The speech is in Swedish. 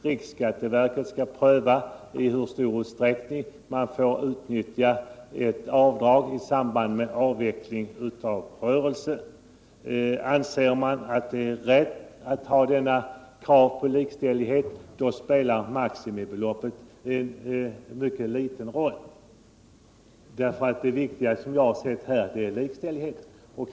Riksskatteverket skall pröva i hur stor utsträckning människor får göra avdrag i samband med avveckling av rörelse. Anser man att det är riktigt att uppfylla det kravet på likställighet spelar maximibeloppet en mycket liten roll. Det viktiga, enligt mitt sätt att se, är likställigheten.